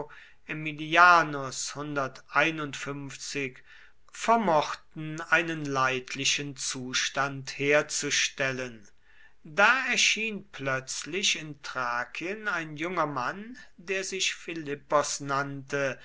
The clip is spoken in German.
aemilianus vermochten einen leidlichen zustand herzustellen da erschien plötzlich in thrakien ein junger mann der sich philippos nannte